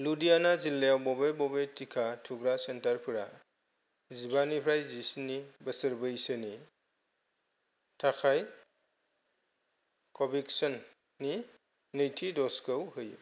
लुधियाना जिल्लायाव बबे बबे टिका थुग्रा सेन्टारफोरा जिबानिफ्राय जिस्नि बोसोर बैसोनि थाखाय क'भेकसननि नैथि द'जखौ होयो